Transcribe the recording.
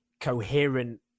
coherent